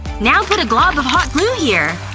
now put a glob a hot glue here.